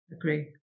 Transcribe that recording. agree